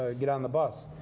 ah get on the bus.